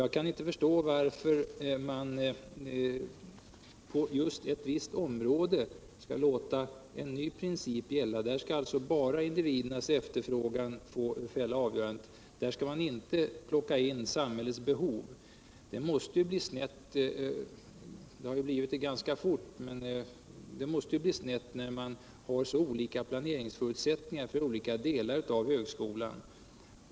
Jag kan inte förstå varför man på eu visst område skall låta en ny princip gälla. Här skall alltså enbart de studerandes efterfrågan fälla avgörandet, och samhällets behov tas inte med i beräkningen. Det måste bli snett när man har så olika planeringsförutsättningar för olika delar av högskolan.